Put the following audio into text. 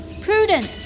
Prudence